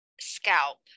scalp